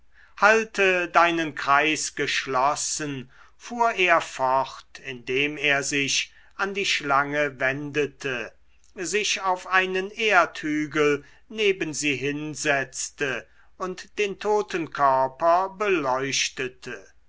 halte deinen kreis geschlossen fuhr er fort indem er sich an die schlange wendete sich auf einen erdhügel neben sie hinsetzte und den toten körper beleuchtete